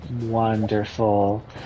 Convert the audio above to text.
Wonderful